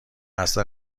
اصلا